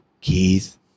Keith